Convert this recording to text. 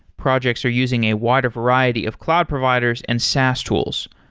projects are using a wider variety of cloud providers and saas tools.